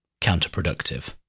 counterproductive